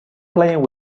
playing